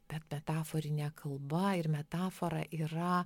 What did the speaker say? bet metaforinė kalba ir metafora yra